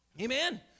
Amen